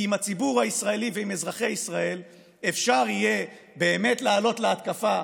כי עם הציבור הישראלי ועם אזרחי ישראל אפשר יהיה לעלות באמת להתקפה,